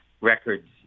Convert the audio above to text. records